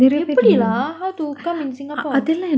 எப்பிடி:epidi lah how to come in singapore